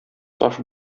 таш